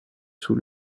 sous